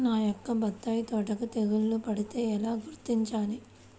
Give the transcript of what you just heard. నా యొక్క బత్తాయి తోటకి తెగులు పడితే ఎలా గుర్తించాలి?